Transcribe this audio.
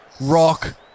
Rock